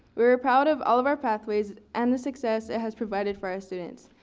we are proud of all of our pathways and the success it has provided for our students.